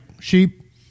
sheep